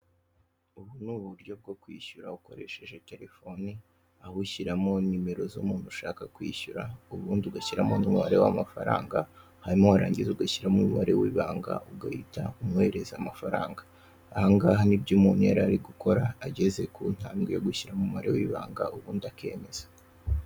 Ubu ni uburyo bwo kwishyura ukoresheje telefone aho ushyiramo nimero z'umuntu ushaka kwishyura ubundi ugashyiramo umubare w'amafaranga hanyuma warangiza ugashyiramo umubare w'ibanga, ugahita umwoherereza amafaranga, aha ngaha ni byo umuntu yari ari gukora ageze ku ntambwe yo gushyiramo umubare w'ibanga ubundi akemeza.